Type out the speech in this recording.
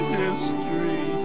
history